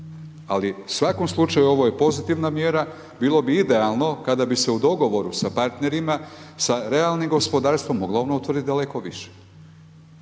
Ali u svakom slučaju ovo je pozitivna mjera. Bilo bi idealno kada bi se u dogovoru sa partnerima, sa realnim gospodarstvom mogla ona utvrditi daleko više.